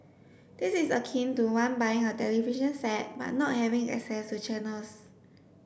this is akin to one buying a television set but not having assess to channels